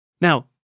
Now